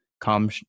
come